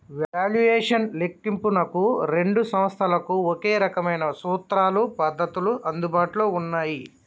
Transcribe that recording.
valuation లెక్కింపునకు రెండు సంస్థలకు ఒకే రకమైన సూత్రాలు, పద్ధతులు అందుబాటులో ఉన్నయ్యి